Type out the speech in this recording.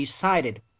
decided